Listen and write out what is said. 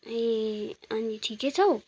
ए अनि ठिकै छौ